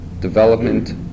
Development